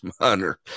Hunter